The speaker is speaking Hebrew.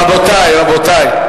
רבותי, רבותי.